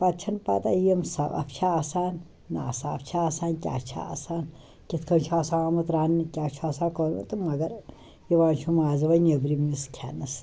پَتہٕ چھِنہٕ پتا یِم صاف چھا آسان ناصاف چھا آسان کیٛاہ چھا آسان کِتھ کَنہِ چھِ آسان آمُت رَنٛنہٕ کیٛاہ چھا سا کوٚرمُت تہِ مگر یِوان چھِ مَزٕ ؤنۍ نیٚبرِمِس کھیٚنَس